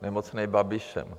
Nemocnej Babišem.